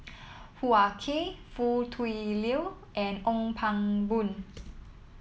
Hoo Ah Kay Foo Tui Liew and Ong Pang Boon